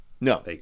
No